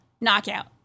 knockout